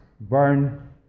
burn